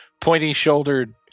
pointy-shouldered